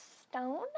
stone